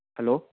hello